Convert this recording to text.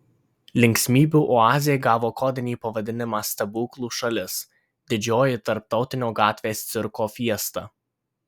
linksmybių oazė gavo kodinį pavadinimą stebuklų šalis didžioji tarptautinio gatvės cirko fiesta